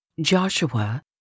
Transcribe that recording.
Joshua